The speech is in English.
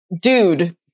dude